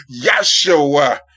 Yahshua